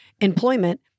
employment